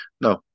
No